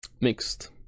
Mixed